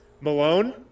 Malone